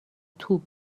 توپ